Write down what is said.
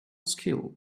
skill